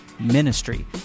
ministry